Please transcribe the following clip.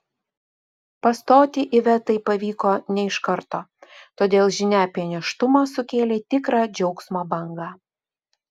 pastoti ivetai pavyko ne iš karto todėl žinia apie nėštumą sukėlė tikrą džiaugsmo bangą